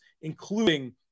including